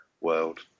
world